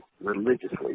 religiously